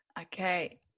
Okay